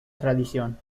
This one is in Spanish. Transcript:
tradición